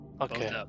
Okay